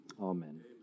Amen